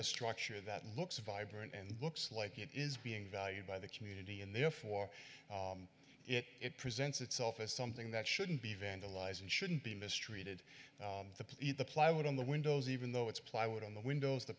a structure that looks vibrant and looks like it is being valued by the community and therefore it presents itself as something that shouldn't be vandalized and shouldn't be mistreated the put the plywood on the windows even though it's plywood on the windows the